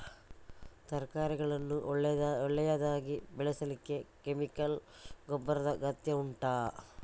ತರಕಾರಿಗಳನ್ನು ಒಳ್ಳೆಯದಾಗಿ ಬೆಳೆಸಲಿಕ್ಕೆ ಕೆಮಿಕಲ್ ಗೊಬ್ಬರದ ಅಗತ್ಯ ಉಂಟಾ